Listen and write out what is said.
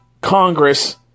Congress